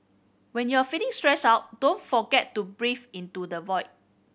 when you are feeling stressed out don't forget to breathe into the void